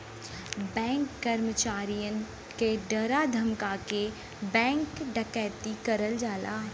bank कर्मचारियन के डरा धमका के बैंक डकैती करल जाला